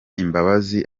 imbabazi